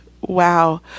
wow